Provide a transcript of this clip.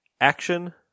Action